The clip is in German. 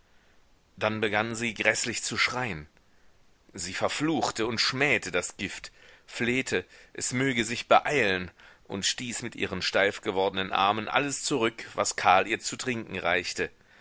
dann begann sie gräßlich zu schreien sie verfluchte und schmähte das gift flehte es möge sich beeilen und stieß mit ihren steif gewordnen armen alles zurück was karl ihr zu trinken reichte